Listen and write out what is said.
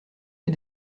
mes